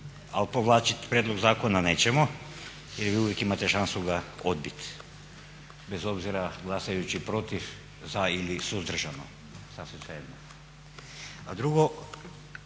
Al povlačit prijedlog zakona nećemo jer vi uvijek imate šansu ga odbit, bez obzira glasajući protiv, za ili suzdržano, sasvim